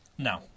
No